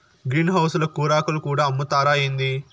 green house ల కూరాకులు కూడా అమ్ముతారా ఏంది